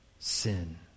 sin